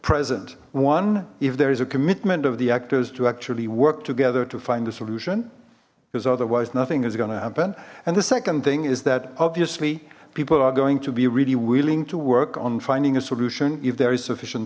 present one if there is a commitment of the actors to actually work together to find the solution because otherwise nothing is going to happen and the second thing is that obviously people are going to be really willing to work on finding a solution if there is sufficient